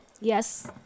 Yes